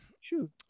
Shoot